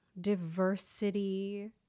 diversity